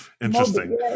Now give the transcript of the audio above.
Interesting